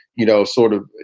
you know, sort of,